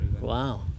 Wow